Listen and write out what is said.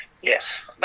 yes